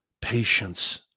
patience